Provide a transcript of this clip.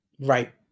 Right